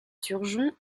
turgeon